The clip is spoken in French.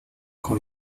quand